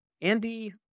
Andy